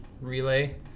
relay